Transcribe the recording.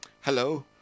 hello